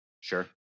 Sure